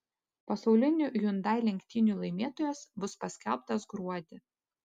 pasaulinių hyundai lenktynių laimėtojas bus paskelbtas gruodį